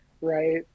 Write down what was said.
right